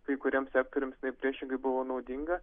kai kuriems sektoriams net priešingai buvo naudinga